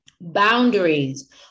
Boundaries